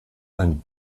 ein